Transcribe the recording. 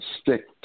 stick